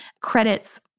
credits